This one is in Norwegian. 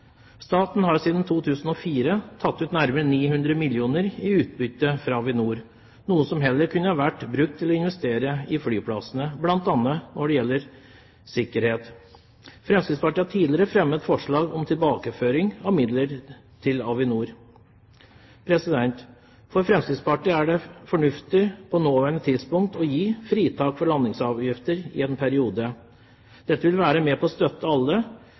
Staten har siden 2004 tatt ut nærmere 900 mill. kr i utbytte fra Avinor, noe som heller kunne ha vært brukt til å investere i flyplassene, bl.a. når det gjelder sikkerhet. Fremskrittspartiet har tidligere fremmet forslag om tilbakeføring av midler til Avinor. For Fremskrittspartiet er det fornuftig på det nåværende tidspunkt å gi fritak for landingsavgifter i en periode. Dette vil være med på å støtte alle,